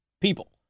people